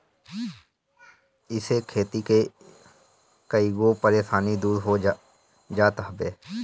इसे खेती के कईगो परेशानी दूर हो जात हवे